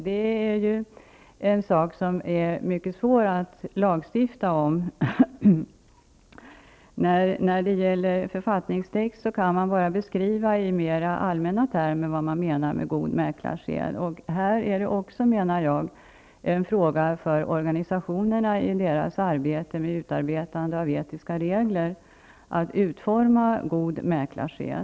Det är mycket svårt att lagstifta om god mäklarsed. I en författningstext kan man bara i mera allmänna termer beskriva vad man menar med god mäklarsed. Jag menar att det är en uppgift för organisationerna att i sitt arbete med utarbetande av etiska regler utforma god mäklarsed.